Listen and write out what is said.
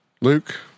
Luke